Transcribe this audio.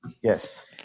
Yes